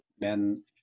men